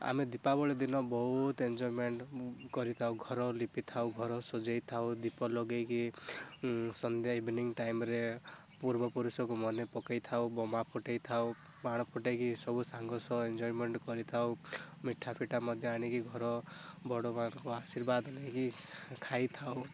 ଆମେ ଦିପାବଳୀ ଦିନ ବହୁତ ଏନଜୟମେଣ୍ଟ କରିଥାଉ ଘର ଲିପି ଥାଉ ଘର ସଜେଇ ଥାଉ ଦୀପ ଲଗାଇକି ସନ୍ଧ୍ୟା ଇଭିନିଙ୍ଗ ଟାଇମରେ ପୂର୍ବ ପୁରୁଷକୁ ମନେପକାଇ ଥାଉ ବୋମା ଫୁଟାଇ ଥାଉ ବାଣ ଫୁଟାଇକି ସବୁ ସାଙ୍ଗସହ ଏନଜୟମେଣ୍ଟ କରିଥାଉ ମିଠା ଫିଠା ମଧ୍ୟ ଆଣିକି ଘର ବଡ଼ ମାନଙ୍କ ଆଶୀର୍ବାଦ ନେଇକି ଖାଇଥାଉ